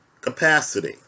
capacity